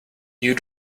you